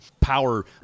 power